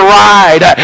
ride